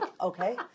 okay